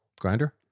grinder